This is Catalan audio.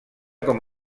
com